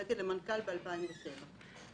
מוניתי למנכ"לית ב-2007.